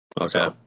Okay